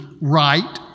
right